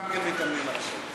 אנחנו גם מתאמנים על השם.